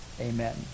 Amen